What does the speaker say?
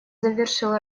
завершил